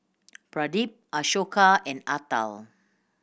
Pradip Ashoka and Atal